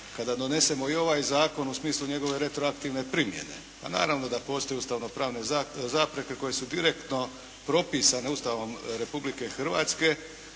kada donesemo i ovaj zakon u smislu njegove retroaktivne primjene. Pa naravno da postoji ustavnopravne zapreke koje su direktno propisane Ustavom Republike Hrvatske